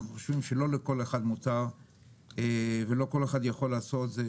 אנחנו חושבים שלא לכל אחד מותר ולא כל אחד יכול לעשות את זה,